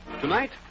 Tonight